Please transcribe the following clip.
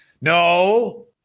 No